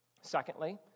Secondly